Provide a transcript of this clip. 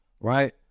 Right